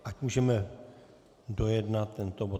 Ať můžeme dojednat tento bod.